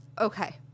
Okay